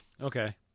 Okay